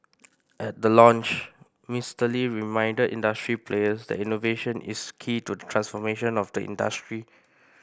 at the launch Mister Lee reminded industry players that innovation is key to the transformation of the industry